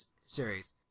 series